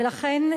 ולכן,